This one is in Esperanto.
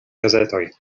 gazetoj